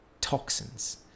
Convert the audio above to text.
toxins